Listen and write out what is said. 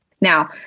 Now